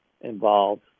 involved